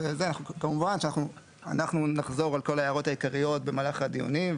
כמובן שאנחנו נחזור על כל ההערות העיקריות במהלך הדיונים,